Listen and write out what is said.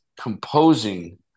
composing